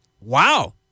wow